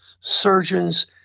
surgeons